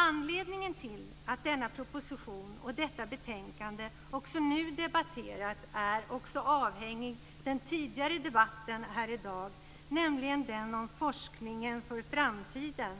Anledningen till att denna proposition och detta betänkande nu debatteras är avhängig den tidigare debatten i dag, nämligen den om betänkandet om forskningen för framtiden